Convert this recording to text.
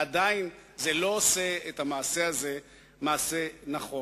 עדיין, זה לא עושה את המעשה הזה למעשה נכון.